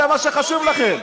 זה מה שחשוב לכם.